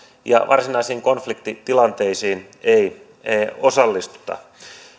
ja varsinaisiin konfliktitilanteisiin ei ei osallistuta